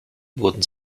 wurden